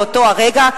מאותו הרגע,